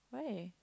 right